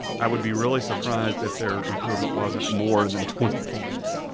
i would be really surprised if their improvement wasn't more than twenty points.